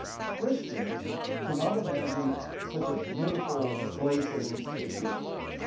christians cannot imagine such a beautiful place that he is taking us to.